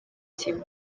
kimwe